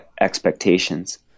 expectations